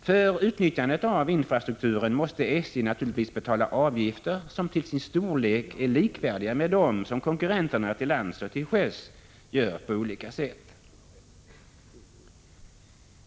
För utnyttjandet av infrastrukturen måste SJ naturligtvis betala avgifter som till sin storlek är likvärdiga med vad konkurrenterna till lands och till sjöss får betala på olika sätt.